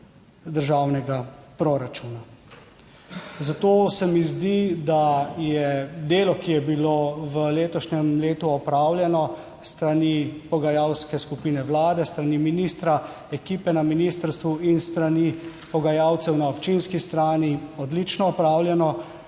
državnega proračuna. Zato se mi zdi, da je delo, ki je bilo v letošnjem letu opravljeno s strani pogajalske skupine Vlade, s strani ministra, ekipe na ministrstvu in s strani pogajalcev na občinski strani, odlično opravljeno,